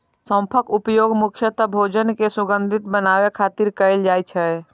सौंफक उपयोग मुख्यतः भोजन कें सुगंधित बनाबै खातिर कैल जाइ छै